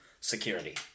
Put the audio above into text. security